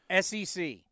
SEC